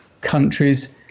countries